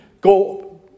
go